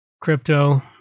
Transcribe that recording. Crypto